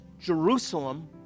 Jerusalem